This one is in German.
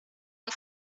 von